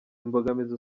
imbogamizi